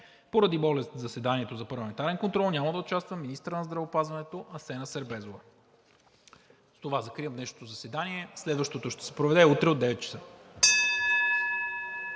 Поради болест в заседанието за парламентарен контрол няма да участва министърът на здравеопазването Асена Сербезова. С това закривам днешното заседание. Следващото ще се проведе утре от 9,00 ч.